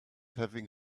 having